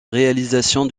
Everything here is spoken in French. réalisation